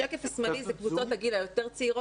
השקף השמאלי זה קבוצות הגיל היותר-צעירות,